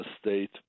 state